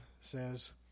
says